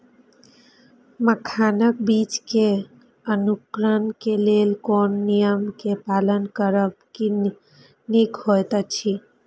मखानक बीज़ क अंकुरन क लेल कोन नियम क पालन करब निक होयत अछि?